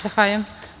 Zahvaljujem.